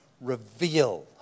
reveal